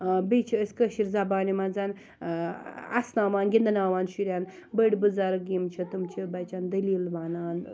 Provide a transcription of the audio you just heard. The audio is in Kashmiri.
بیٚیہِ چھِ أسۍ کٲشِر زَبانہِ مَنٛز اَسناوان گِنٛدناوان شُریٚن بٔڑۍ بُزَرگ یِم چھِ تِم چھِ بَچَن دٔلیل وَنان